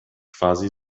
quasi